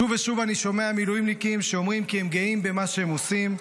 שוב ושוב אני שומע מילואימניקים שאומרים כי הם גאים במה שהם עושים,